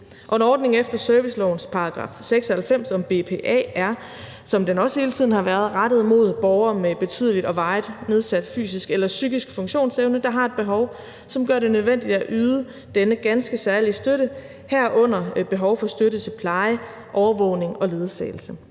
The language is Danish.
Og en ordning efter servicelovens § 96 om BPA er, som den også hele tiden har været, rettet mod borgere med betydelig og varigt nedsat fysisk eller psykisk funktionsevne, der har et behov, som gør det nødvendigt at yde denne ganske særlige støtte, herunder behov for støtte til pleje, overvågning og ledsagelse.